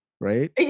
right